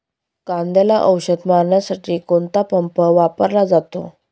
कांद्याला औषध मारण्यासाठी कोणता पंप वापरला जातो?